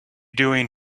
doing